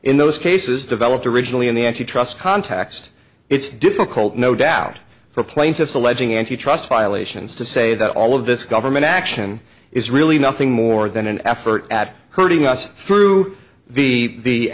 in those basis developed originally in the antitrust context it's difficult no doubt for plaintiffs alleging antitrust violations to say that all of this government action is really nothing more than an effort at herding us through the